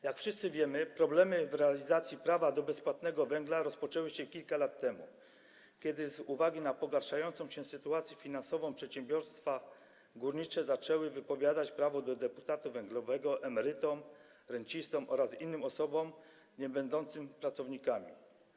Jak wszyscy wiemy, problemy w realizacji prawa do bezpłatnego węgla rozpoczęły się kilka lat temu, kiedy z uwagi na pogarszającą się sytuację finansową przedsiębiorstwa górnicze zaczęły wypowiadać prawo do deputatu węglowego emerytom, rencistom oraz innym osobom niebędącym pracownikami.